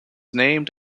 named